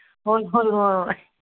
ꯍꯣꯏ ꯍꯣꯏ ꯍꯣꯏ ꯍꯣꯏ ꯍꯣꯏ